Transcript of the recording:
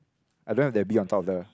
I don't have that bee on top the